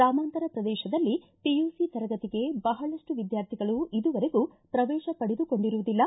ಗ್ರಾಮಾಂತರ ಪ್ರದೇಶದಲ್ಲಿ ಪಿಯುಸಿ ತರಗತಿಗೆ ಬಹಳಷ್ಟು ವಿದ್ವಾರ್ಥಿಗಳು ಇದುವರೆಗೂ ಪ್ರವೇಶ ಪಡೆದುಕೊಂಡಿರುವುದಿಲ್ಲ